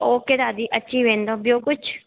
okay दादी अची वेंदो ॿियो कुझु